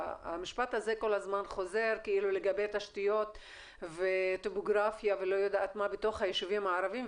המשפט הזה כל הזמן חוזר לגבי תשתיות וטופוגרפיה בתוך היישובים הערביים.